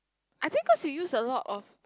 I think cause you use a lot of